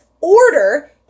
order